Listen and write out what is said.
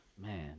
man